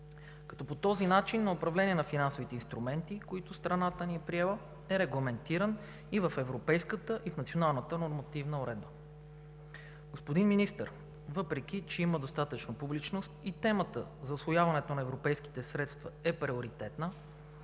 процес. Този начин на управление на финансовите инструменти, който страната ни е приела, е регламентиран и в европейската, и в националната нормативна уредба. Господин Министър, въпреки че има достатъчно публичност и темата за усвояването на европейските средства е приоритетна,